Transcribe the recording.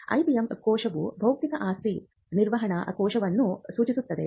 IPM ಕೋಶವು ಬೌದ್ಧಿಕ ಆಸ್ತಿ ನಿರ್ವಹಣಾ ಕೋಶವನ್ನು ಸೂಚಿಸುತ್ತದೆ